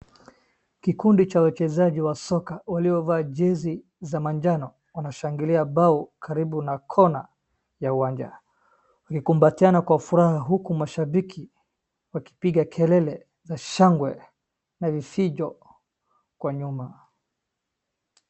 Kikundi cha wachezaji wa soka waliovaa jezi za majano wanashangilia bao karibu na kona ya uwanja. Wamekumbatiana kwa furaha huku mashabiki wakipiga kelele za shangwe na vifijo kwa nyuma.